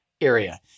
area